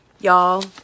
y'all